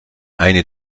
eine